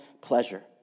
pleasure